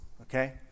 okay